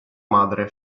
madre